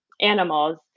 animals